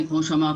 בירושלים.